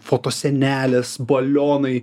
foto sienelės balionai